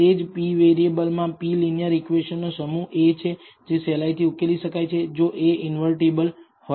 તે p variable માં p linear equation નો સમૂહ a છે જે સહેલાઈથી ઉકેલી શકાય છે જો a ઇન્વર્ટીબલ હોય